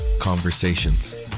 conversations